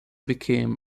became